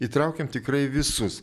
įtraukiam tikrai visus